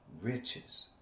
riches